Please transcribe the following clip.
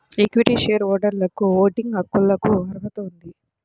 equity share హోల్డర్లకుఓటింగ్ హక్కులకుఅర్హత ఉంది